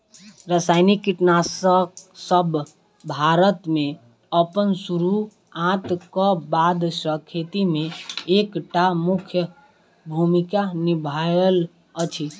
रासायनिक कीटनासकसब भारत मे अप्पन सुरुआत क बाद सँ खेती मे एक टा मुख्य भूमिका निभायल अछि